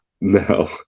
No